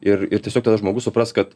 ir ir tiesiog tada žmogus supras kad